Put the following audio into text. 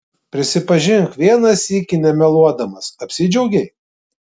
prisipažink vieną sykį nemeluodamas apsidžiaugei